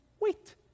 wait